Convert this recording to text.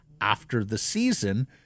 after-the-season